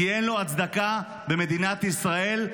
כי אין לו הצדקה במדינת ישראל,